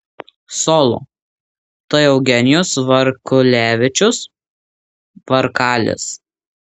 solo tai eugenijus varkulevičius varkalis